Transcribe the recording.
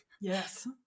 yes